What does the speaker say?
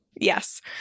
Yes